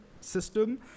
system